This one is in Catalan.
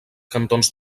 cantons